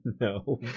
No